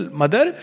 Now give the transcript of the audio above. mother